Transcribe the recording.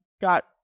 got